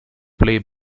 play